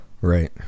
Right